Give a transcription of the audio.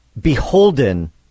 beholden